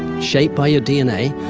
shaped by your dna.